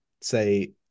say